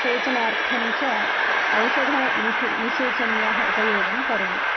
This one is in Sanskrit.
सेचनार्थं च औषधनिषेचन्याश्च उपयोगं करोमि